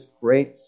great